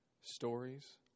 stories